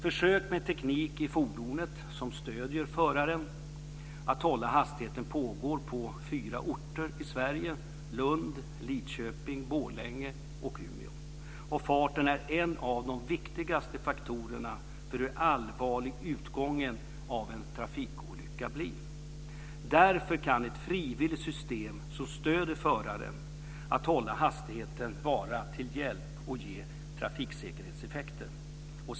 Försök med teknik i fordonet som stöder föraren att hålla hastigheten pågår på fyra orter i Sverige, Lund, Lidköping, Borlänge och Umeå. Farten är en av de viktigaste faktorerna för hur allvarlig utgången av en trafikolycka blir. Därför kan ett frivilligt system som stöder föraren att hålla hastigheten vara till hjälp och ge trafiksäkerhetseffekter.